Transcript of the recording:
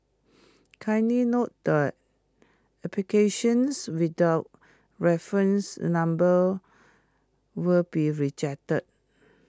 kindly note that applications without reference the numbers will be rejected